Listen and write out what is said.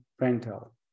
rental